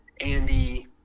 Andy